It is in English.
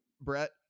Brett